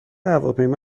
هواپیما